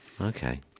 Okay